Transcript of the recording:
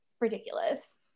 ridiculous